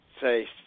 say